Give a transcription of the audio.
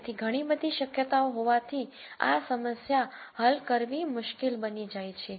તેથી ઘણી બધી શક્યતાઓ હોવાથી આ સમસ્યા હલ કરવી મુશ્કેલ બની જાય છે